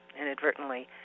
inadvertently